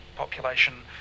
population